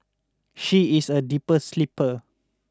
she is a deeper sleeper